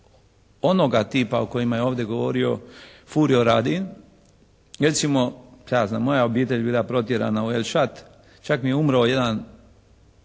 onoga tipa o kojima je ovdje govorio Furio Radin, recimo šta ja znam, moja obitelj je bila protjerana u El Shat, čak mi je i umro jedan